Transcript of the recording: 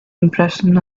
impression